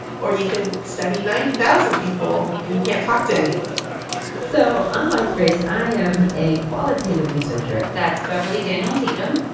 or you can study ninety thousand people, and you can't talk to any of them so unlike grace, i am a qualitative researcher that's beverly daniel tatum.